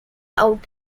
out